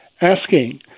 asking